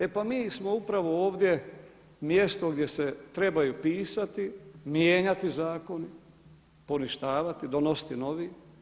E pa mi smo upravo ovdje mjesto gdje se trebaju pisati, mijenjati zakoni, poništavati, donositi novi.